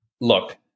Look